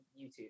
YouTube